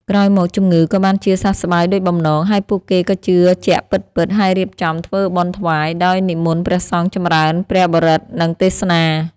ក្រោយមកជំងឺក៏បានជាសះស្បើយដូចបំណង ហើយពួកគេក៏ជឿជាក់ពិតៗ ហើយរៀបចំធ្វើបុណ្យថ្វាយ ដោយនិមន្តព្រះសង្ឃចម្រើនព្រះបរិត្ត និងទេសនា។